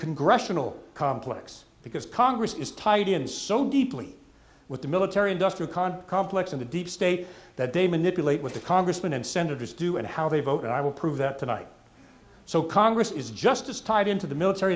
congressional complex because congress is tied in so deeply with the military industrial complex in the deep state that they manipulate with the congressmen and senators do and how they vote i will prove that tonight so congress is just as tied into the military